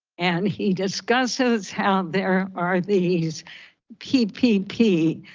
and he discusses how there are these ppp,